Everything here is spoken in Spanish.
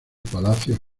palacio